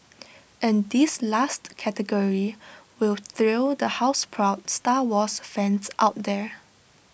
and this last category will thrill the houseproud star wars fans out there